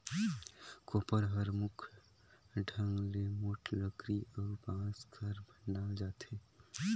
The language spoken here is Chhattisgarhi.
कोपर हर मुख ढंग ले मोट लकरी अउ बांस कर बनाल जाथे